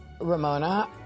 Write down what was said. Ramona